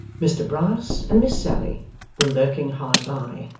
mr brass and miss sally were lurking hard by,